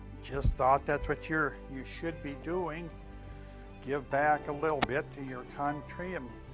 just thought that's what you're, you should be doing give back a little bit to your country, and.